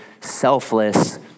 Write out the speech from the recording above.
selfless